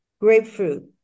grapefruit